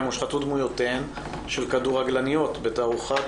הושחתו דמויותיהן של כדורגלניות בתערוכה